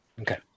Okay